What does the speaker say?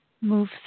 move